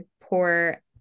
poor